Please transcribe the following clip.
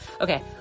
Okay